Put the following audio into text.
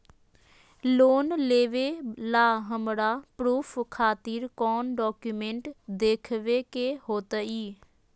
Loan लेबे ला हमरा प्रूफ खातिर कौन डॉक्यूमेंट देखबे के होतई?